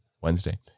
Wednesday